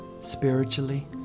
spiritually